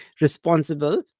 responsible